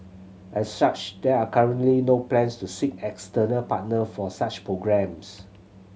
as such there are currently no plans to seek external partner for such programmes